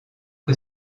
que